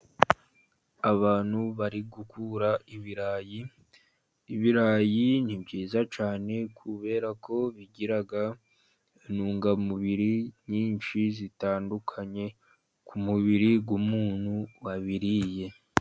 Abantu bari gukura ibirayi. Ibirayi ni byiza cyane kubera ko bigira intungamubiri nyinshi zitandukanye, ku mubiri w'umuntu wabiriye.